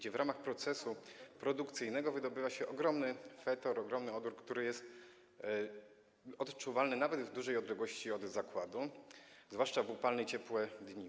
Tam w ramach procesu produkcyjnego wydobywa się ogromny fetor, ogromny odór, który jest odczuwalny nawet w dużej odległości od zakładu, zwłaszcza w upalne i ciepłe dni.